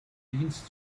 dienst